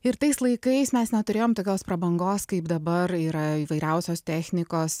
ir tais laikais mes neturėjom tokios prabangos kaip dabar yra įvairiausios technikos